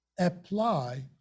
Apply